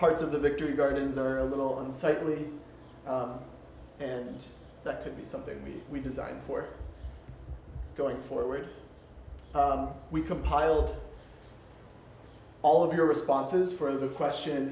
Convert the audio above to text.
parts of the victory gardens are a little unsightly and that could be something we designed for going forward we compiled all of your responses for the question